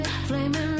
Flaming